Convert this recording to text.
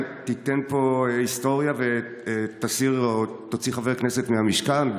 תיתן פה היסטוריה ותוציא חבר כנסת מהמשכן,